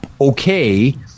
okay